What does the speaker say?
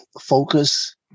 focus